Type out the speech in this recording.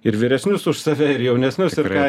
ir vyresnius už save ir jaunesnius ir